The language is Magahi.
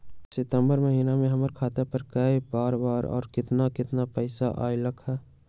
सितम्बर महीना में हमर खाता पर कय बार बार और केतना केतना पैसा अयलक ह?